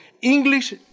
English